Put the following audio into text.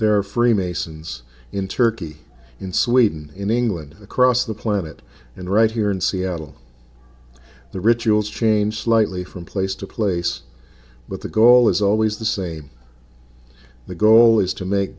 there freemasons in turkey in sweden in england across the planet and right here in seattle the rituals change slightly from place to place but the goal is always the same the goal is to make